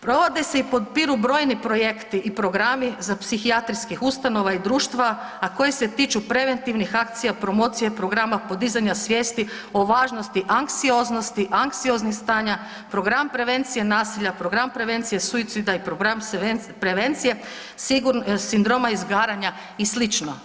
Provode se i potpiru brojni projekti i programi psihijatrijskih ustanova i društva, a koji se tiču preventivnih akcija promocije programa podizanja svijesti o važnosti anksioznosti, anksioznih stanja, program prevencije nasilja, program prevencije suicida i program prevencije sindroma izgaranja i slično.